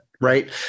right